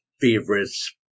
favorites